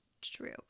True